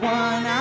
one